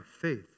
faith